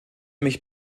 mich